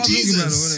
Jesus